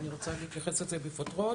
ואני רוצה להתייחס לזה בפרוטרוט.